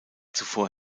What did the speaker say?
zuvor